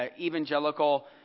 evangelical